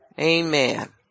Amen